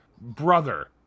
brother